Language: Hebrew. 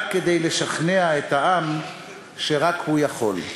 רק כדי לשכנע את העם שרק הוא יכול.